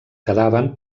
quedaven